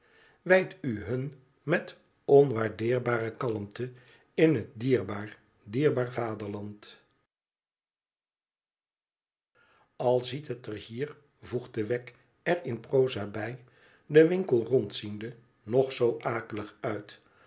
wijd u hun met onwaardeerbre kalmte in het dierbaar dierbaar vaderland al ziet het er hier voegde wegg er in proza bij den winkel rondziende nog zoo akelig uit